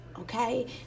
Okay